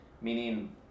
meaning